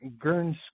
Gerns